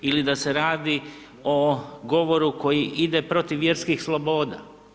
Ili da se radi o govoru koji ide protiv vjerskih sloboda.